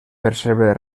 percebre